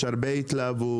יש הרבה התלהבות,